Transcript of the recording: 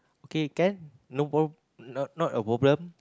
okay can no prob~ not not a problem